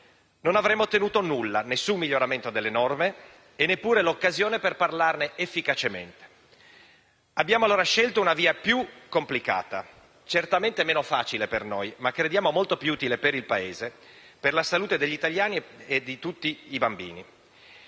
non avremmo ottenuto alcunché, nessun miglioramento delle norme e neppure l'occasione per parlarne efficacemente. Abbiamo allora scelto una via più complicata, certamente meno facile per noi, ma crediamo molto più utile per il Paese, per la salute degli italiani e di tutti i bambini.